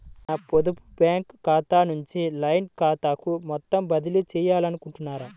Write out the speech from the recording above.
నా పొదుపు బ్యాంకు ఖాతా నుంచి లైన్ ఖాతాకు మొత్తం బదిలీ చేయాలనుకుంటున్నారా?